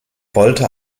wollte